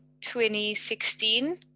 2016